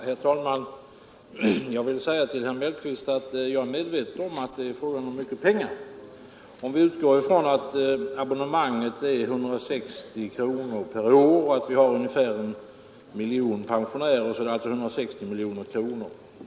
Herr talman! Jag vill säga till herr Mellqvist att jag är medveten om att det gäller mycket pengar. Om vi utgår från att abonnemanget är 160 kronor per år och att vi har ungefär en miljon pensionärer, är det alltså fråga om 160 miljoner kronor.